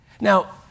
Now